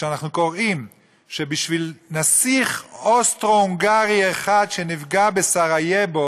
אנחנו קוראים שבשביל נסיך אוסטרו-הונגרי אחד שנפגע בסרייבו